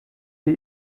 die